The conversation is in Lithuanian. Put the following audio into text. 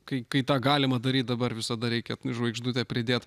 kai kai tą galima daryt dabar visada reikia žvaigždutę pridėt